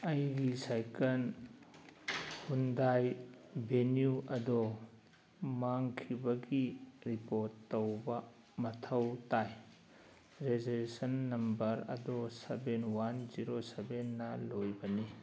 ꯑꯩꯒꯤ ꯁꯥꯏꯀꯜ ꯍꯨꯟꯗꯥꯏ ꯕꯦꯅ꯭ꯌꯨ ꯑꯗꯣ ꯃꯥꯡꯈꯤꯕꯒꯤ ꯔꯤꯄꯣꯔꯠ ꯇꯧꯕ ꯃꯊꯧ ꯇꯥꯏ ꯔꯦꯖꯤꯁꯇ꯭ꯔꯦꯁꯟ ꯅꯝꯕꯔ ꯑꯗꯣ ꯁꯕꯦꯟ ꯋꯥꯟ ꯖꯤꯔꯣ ꯁꯕꯦꯟꯅ ꯂꯣꯏꯕꯅꯤ